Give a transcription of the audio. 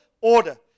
order